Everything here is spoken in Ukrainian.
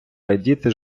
радіти